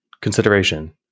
consideration